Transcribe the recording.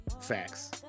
facts